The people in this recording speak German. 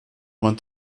man